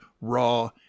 raw